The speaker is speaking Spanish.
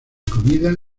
comida